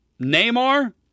Neymar